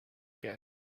guest